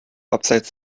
abseits